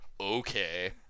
okay